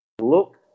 look